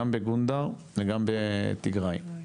גם בגונדר וגם בטיגריי.